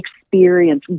experience